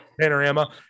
Panorama